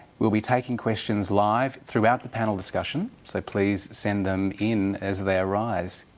we'll be taking questions live throughout the panel discussion, so, please, send them in as they arise.